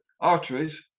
Arteries